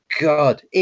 god